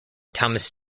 thomas